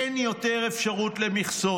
אין יותר אפשרות למכסות.